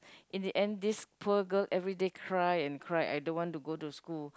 in the end this poor girl everyday cry and cry I don't want to go to school